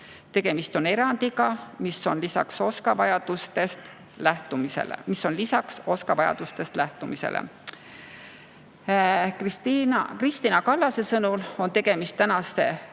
Tegemist on erandiga, mis on lisavõimalus OSKA vajadustest lähtumisele. Kristina Kallase sõnul on tegemist tänaste